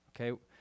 okay